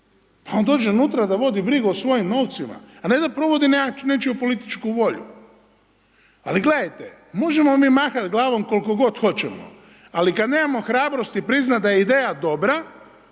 Pa on dođe unutra da vodi brigu o svojim novcima a ne da provodi nečiju političku volju. Ali gledajte, možemo mi mahat glavom koliko god hoćemo, ali kad nemamo hrabrosti priznat da je ideja dobra,